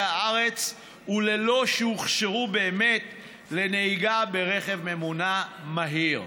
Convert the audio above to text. הארץ וללא שהוכשר באמת לנהיגה ברכב ממונע מהיר.